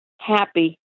happy